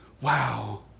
Wow